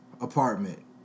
apartment